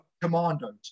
commandos